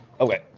Okay